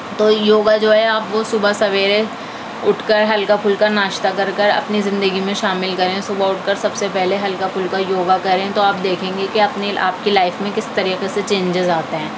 تو یوگا جو ہے آپ کو صبح سویرے اٹھ کر ہلکا پھلکا ناشتہ کر کر اپنی زندگی میں شامل کریں صبح اٹھ کر سب سے پہلے ہلکا پھلکا یوگا کریں تو آپ دیکھیں گے کہ آپ نے آپ کی لائف میں کس طریقے سے چینجیز آتے ہیں